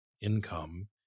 income